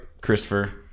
Christopher